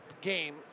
game